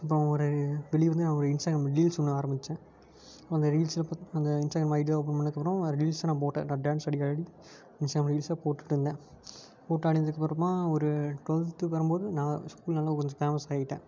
அப்பறம் ஒரு பிலீவ் வந்து நான் ஒரு இன்ஸ்டாகிராம் ரீல்ஸு ஒன்று ஆரம்பிச்சேன் அந்த ரீல்ஸில் புத் அந்த இன்ஸ்டாகிராம் ஐடிலாம் ஓப்பன் பண்ணதுக்கப்பறம் அதில் ரீல்ஸ்லாம் நான் போட்டேன் நான் டேன்ஸ் ஆடி ஆடி இன்ஸ்டாகிராம் ரீல்ஸ்லாம் போட்டுட்டிருந்தேன் போட்டு ஆடினதுக்கப்புறமா ஒரு டுவெல்த்துக்கு வரும் போது நான் ஸ்கூல்லலாம் கொஞ்சம் ஃபேமஸ் ஆகிட்டேன்